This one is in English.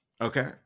okay